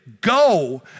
go